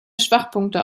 schwachpunkte